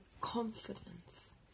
confidence